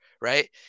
right